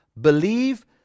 believe